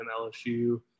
LSU